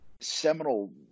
seminal